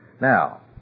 Now